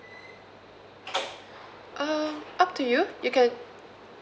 uh up to you you can